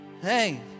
Hey